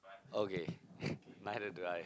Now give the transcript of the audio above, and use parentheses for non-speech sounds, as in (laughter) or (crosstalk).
okay (breath) neither do I